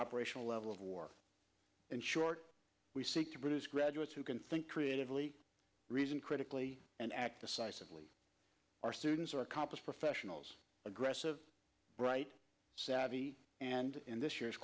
operational level of war in short we seek to reduce graduates who can think creatively reason critically and act decisively our students are accomplished professionals aggressive right savvy and in this year